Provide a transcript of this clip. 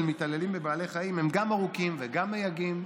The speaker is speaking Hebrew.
מתעללים בבעלי חיים הם גם ארוכים וגם מייגעים,